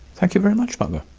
thank you very much, mother.